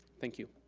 thank you.